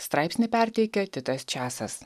straipsnį perteikia titas česas